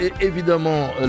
évidemment